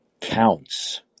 counts